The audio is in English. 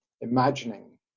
imagining